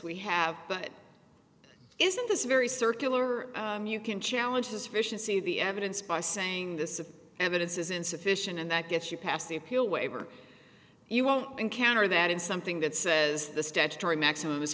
we have that isn't this very circular you can challenge this fish and see the evidence by saying this is evidence is insufficient and that gets you past the appeal waiver you won't encounter that in something that says the statutory maximum i